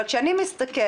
אבל כשאני מסתכלת,